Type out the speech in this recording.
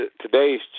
today's